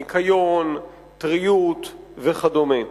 ניקיון, טריות וכדומה.